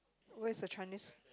where's the Chinese